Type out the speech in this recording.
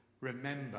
Remember